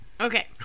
Okay